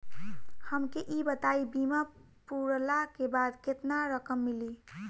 हमके ई बताईं बीमा पुरला के बाद केतना रकम मिली?